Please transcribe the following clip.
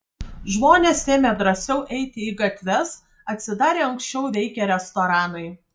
žmonės ėmė drąsiau eiti į gatves atsidarė anksčiau veikę restoranai